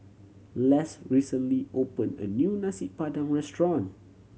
Less recently opened a new Nasi Padang restaurant